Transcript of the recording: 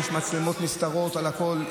ויש מצלמות נסתרות על הכול.